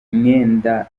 mwenda